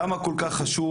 למה הוא כל כך חשוב?